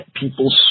people